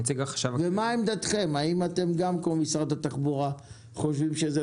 האם אתם כמו משרד התחבורה חושבים שזה